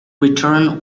return